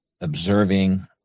observing